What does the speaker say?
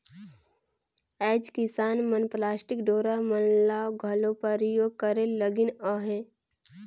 आएज किसान मन पलास्टिक डोरा मन ल घलो परियोग करे लगिन अहे